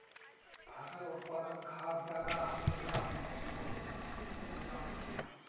फसल उत्पादन खाद ज्यादा कुंडा मोसमोत उपजाम छै?